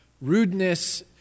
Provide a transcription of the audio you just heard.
Rudeness